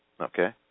okay